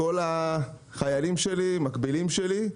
כל החיילים שלי, מקבילים שלי,